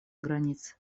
границ